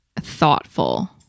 thoughtful